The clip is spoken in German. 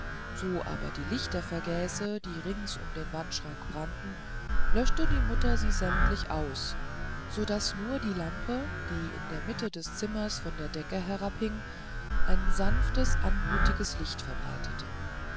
so aber die lichter vergäße die rings um den wandschrank brannten löschte die mutter sie sämtlich aus so daß nur die lampe die in der mitte des zimmers von der decke herabhing ein sanftes anmutiges licht verbreitete